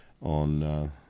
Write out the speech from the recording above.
on